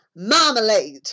Marmalade